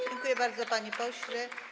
Dziękuję bardzo, panie pośle.